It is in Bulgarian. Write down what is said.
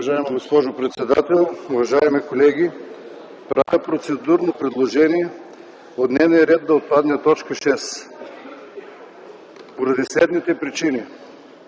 уважаема госпожо председател. Уважаеми колеги, правя процедурно предложение от дневния ред да отпадне точка шеста поради следните причини.